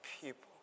people